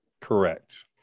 Correct